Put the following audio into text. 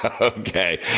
Okay